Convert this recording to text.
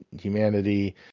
humanity